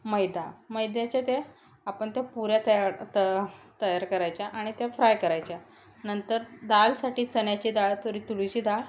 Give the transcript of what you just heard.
मैदा मैद्याच्या ते आपण त्या पुऱ्या तया तयार करायच्या आणि त्या फ्राय करायच्या नंतर दालसाठी चण्याची डाळ थोडी तुरीची डाळ